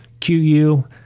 qu